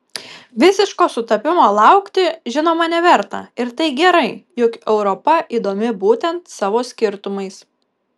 visiško sutapimo laukti žinoma neverta ir tai gerai juk europa įdomi būtent savo skirtumais